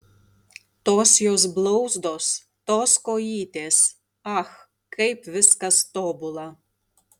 tos jos blauzdos tos kojytės ach kaip viskas tobula